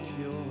cure